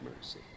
mercy